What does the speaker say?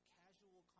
casual